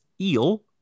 eel